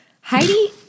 Heidi